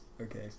Okay